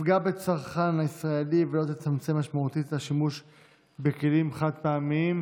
תפגע בצרכן הישראלי ולא תצמצם משמעותית את השימוש בכלים חד-פעמיים,